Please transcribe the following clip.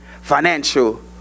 financial